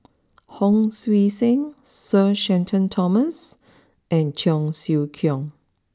Hon Sui Sen Sir Shenton Thomas and Cheong Siew Keong